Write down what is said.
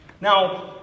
Now